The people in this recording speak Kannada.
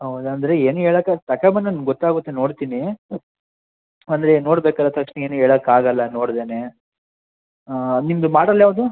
ಹೌದು ಅಂದರೆ ಏನೂ ಹೇಳಕ್ ತಗ ಬಂದ್ರೆ ನಂಗೆ ಗೊತ್ತಾಗುತ್ತೆ ನೋಡ್ತೀನಿ ಅಂದರೆ ನೋಡ್ಬೇಕಲ್ವ ತಕ್ಷಣ ಏನೂ ಹೇಳಕ್ಕಾಗಲ್ಲ ನೋಡ್ದೆ ನಿಮ್ಮದು ಮಾಡೆಲ್ ಯಾವುದು